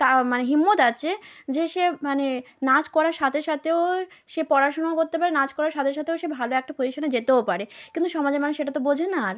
তা মানে হিম্মত আছে যে সে মানে নাচ করার সাথে সাথেও সে পড়াশুনোও করতে পারে নাচ করার সাথে সাথেও সে ভালো একটা পজিশানে যেতেও পারে কিন্তু সমাজের মানুষ সেটা তো বোঝে না আর